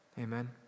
Amen